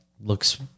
looks